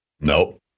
Nope